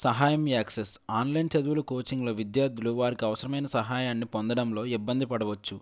సహాయం access online చదువులు కోచింగ్లో విద్యార్థులు వారికి అవసరమైన సహాయాన్ని పొందడంలో ఇబ్బంది పడవచ్చు